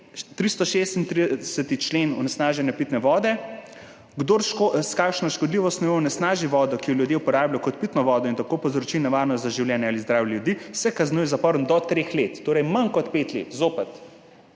336. člen, Onesnaženje pitne vode: »Kdor s kakšno škodljivo snovjo onesnaži vodo, ki jo ljudje uporabljajo kot pitno vodo, in tako povzroči nevarnost za življenje ali zdravje ljudi, se kaznuje z zaporom do treh let.« Torej manj kot pet let, zopet.